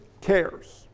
Cares